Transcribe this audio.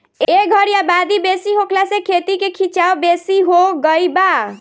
ए घरी आबादी बेसी होखला से खेती के खीचाव बेसी हो गई बा